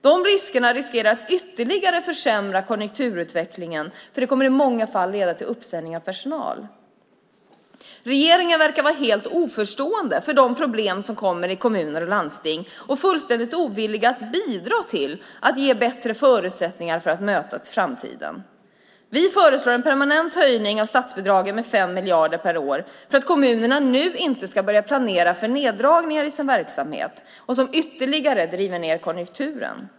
Detta riskerar att ytterligare försämra konjunkturutvecklingen då det i många fall kommer att leda till uppsägning av personal. Regeringen verkar vara helt oförstående för de problem som kommer i kommuner och landsting och fullständigt ovillig att bidra till att ge bättre förutsättningar att möta framtiden. Vi föreslår en permanent höjning av statsbidragen med 5 miljarder per år för att kommunerna nu inte ska börja planera för neddragningar i sin verksamhet som ytterligare driver ned konjunkturen.